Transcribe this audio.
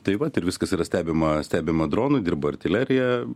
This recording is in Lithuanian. tai vat ir viskas yra stebima stebima dronų dirba artilerija